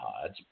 pods